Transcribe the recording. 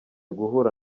guhura